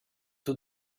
two